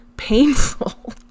painful